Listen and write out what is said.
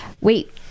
Wait